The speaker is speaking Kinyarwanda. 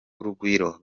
urugwiro